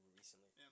recently